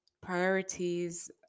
Priorities